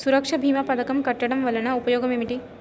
సురక్ష భీమా పథకం కట్టడం వలన ఉపయోగం ఏమిటి?